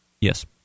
Yes